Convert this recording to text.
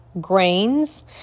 grains